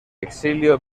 exilio